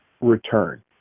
return